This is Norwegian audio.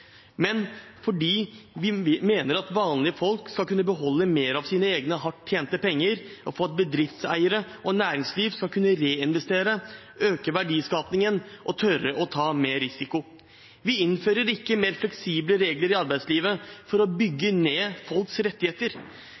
men fordi vi mener at vanlige folk skal kunne beholde mer av sine egne hardt tjente penger, og at bedriftseiere og næringsliv skal kunne reinvestere, øke verdiskapingen og tørre å ta mer risiko. Vi innfører ikke mer fleksible regler i arbeidslivet for å bygge ned folks rettigheter.